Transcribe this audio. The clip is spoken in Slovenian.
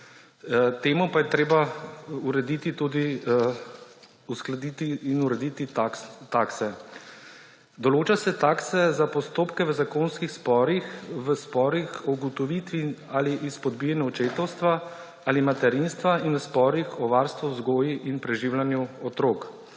Temu pa je treba tudi uskladiti in urediti takse. Določajo se takse za postopke v zakonskih sporih, v sporih o ugotovitvi ali izpodbijanju očetovstva ali materinstva in v sporih o varstvu, vzgoji in preživljanju otrok.